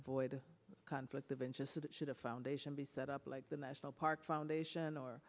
avoid a conflict of interest that should a foundation be set up like the national park foundation or